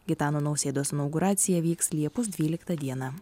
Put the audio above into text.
gitano nausėdos inauguracija vyks liepus dvyliktą dieną